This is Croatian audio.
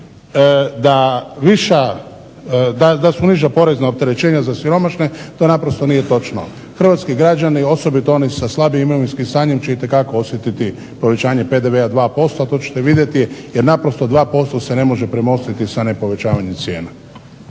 da su niža porezna opterećenja za siromašne, to naprosto nije točno. Hrvatski građani osobito oni sa slabijim imovinskim stanjem će itekako osjetiti povećanje PDV-a 2%, a to ćete vidjeti, jer naprosto 2% se ne može premostiti sa ne povećavanjem cijena.